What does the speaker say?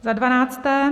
Za dvanácté.